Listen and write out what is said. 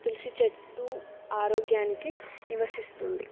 తులసి చెట్టు ఆరోగ్యానికి నివసిస్తుంది